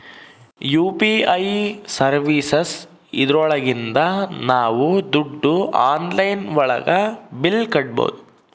UPI services ಇದ್ರೊಳಗಿಂದ ನಾವ್ ದುಡ್ಡು ಆನ್ಲೈನ್ ಒಳಗ ಬಿಲ್ ಕಟ್ಬೋದೂ